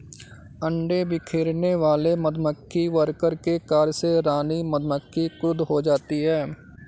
अंडे बिखेरने वाले मधुमक्खी वर्कर के कार्य से रानी मधुमक्खी क्रुद्ध हो जाती है